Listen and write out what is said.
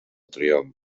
triomf